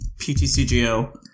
PTCGO